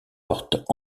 portent